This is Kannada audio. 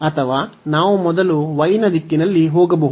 ಅಥವಾ ನಾವು ಮೊದಲು y ನ ದಿಕ್ಕಿನಲ್ಲಿ ಹೋಗಬಹುದು